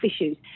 issues